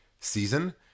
season